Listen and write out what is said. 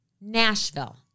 Nashville